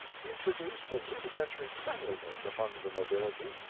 introduce a rudimentary cleanliness among the nobility,